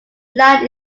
land